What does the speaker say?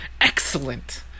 excellent